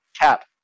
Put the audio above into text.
Cap